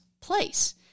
place